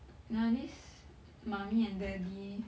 at least mummy and daddy